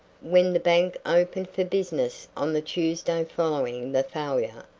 when the bank opened for business on the tuesday following the failure,